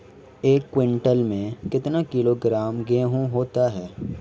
एक क्विंटल में कितना किलोग्राम गेहूँ होता है?